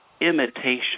imitation